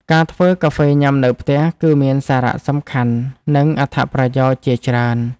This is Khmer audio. ការធ្វើកាហ្វេញ៉ាំនៅផ្ទះ គឺមានសារៈសំខាន់ និងអត្ថប្រយោជន៍ជាច្រើន។